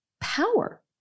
power